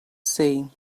see